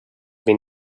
been